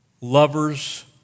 lovers